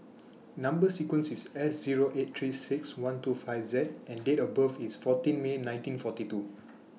Number sequence IS S Zero eight three six one two five Z and Date of birth IS fourteen May nineteen forty two